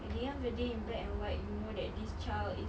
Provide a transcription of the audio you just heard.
at the end of the day in black and white you know that this child is